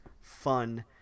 fun